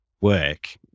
work